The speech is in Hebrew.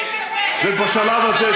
ובשלב הזה,